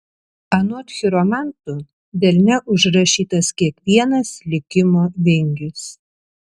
anot chiromantų delne užrašytas kiekvienas likimo vingis